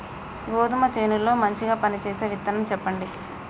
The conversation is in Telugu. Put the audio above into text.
గోధుమ చేను లో మంచిగా పనిచేసే విత్తనం చెప్పండి?